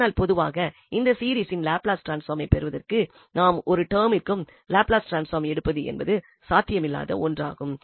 ஆனால் பொதுவாக இந்த சீரிஸின் லாப்லஸ் டிரான்ஸ்பாமை பெறுவதற்கு நாம் ஒரு ஒரு டெர்மிற்கும் லாப்லஸ் டிரான்ஸ்பாம் எடுப்பது என்பது சாத்தியமில்லாத ஒன்றாகும்